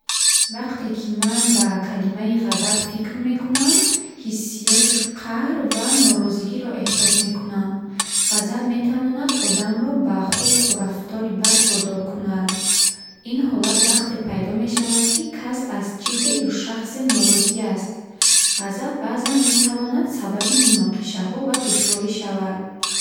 Вақте ки ман ба калимаи ғазаб фикр мекунам, ҳиссиёти қаҳр ва норозигиро эҳсос мекунам. Ғазаб метавонад одамро ба хулқу рафтори бад водор кунад. Ин ҳолат вақте пайдо мешавад, ки кас аз чизе ё шахсе норозӣ аст. Ғазаб баъзан метавонад сабаби муноқишаҳо ва душворӣ шавад.